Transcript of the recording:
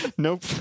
Nope